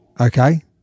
Okay